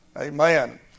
Amen